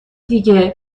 دیگه